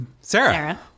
Sarah